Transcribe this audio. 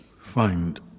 find